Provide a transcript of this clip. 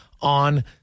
on